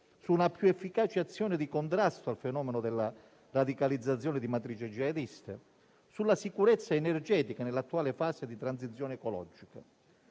su una più efficace azione di contrasto al fenomeno della radicalizzazione di matrice jihadista; sulla sicurezza energetica nell'attuale fase di transizione ecologica.